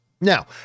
Now